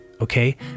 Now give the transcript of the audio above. okay